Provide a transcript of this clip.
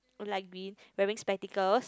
would like be wearing spectacles